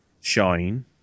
Shine